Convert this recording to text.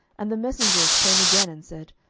and the messengers came again, and said,